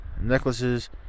necklaces